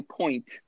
point